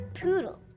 poodle